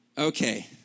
Okay